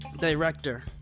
Director